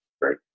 right